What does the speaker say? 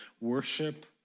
Worship